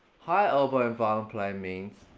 high elbow in violin playing means.